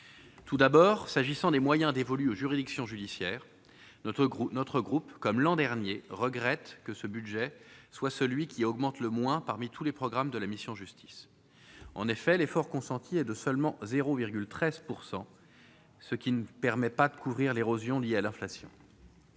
tout d'abord s'agissant des moyens dévolus aux juridictions judiciaires, notre groupe, notre groupe, comme l'an dernier, regrette que ce budget soit celui qui augmente le moins parmi tous les programmes de la mission Justice en effet l'effort consenti est de seulement 0,13 pourcent ce qui ne permet pas de couvrir l'érosion liée à l'inflation.